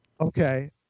Okay